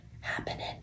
happening